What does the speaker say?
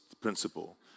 principle